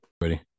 ready